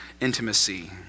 intimacy